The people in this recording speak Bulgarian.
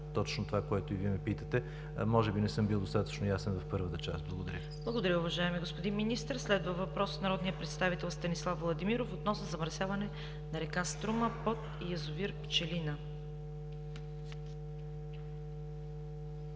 точно това, което и Вие ме питате. Може би не съм бил достатъчно ясен в първата част. Благодаря. ПРЕДСЕДАТЕЛ ЦВЕТА КАРАЯНЧЕВА: Благодаря, уважаеми господин Министър. Следва въпрос от народния представител Станислав Владимиров относно замърсяване на р. Струма под язовир „Пчелина“.